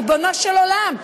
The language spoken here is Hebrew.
ריבונו של עולם,